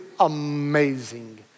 Amazing